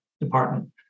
department